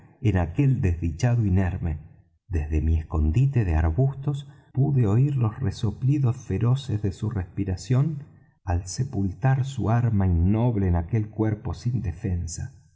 en aquel desdichado inerme desde mi escondite de arbustos pude oir los resoplidos feroces de su respiración al sepultar su arma innoble en aquel cuerpo sin defensa